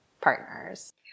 partners